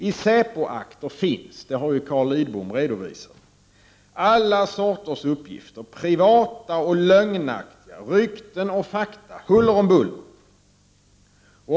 I säpos akter finns — det har ju Carl Lidbom redovisat — alla sorters uppgifter, privata och lögnaktiga rykten och fakta huller om buller.